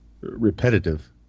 repetitive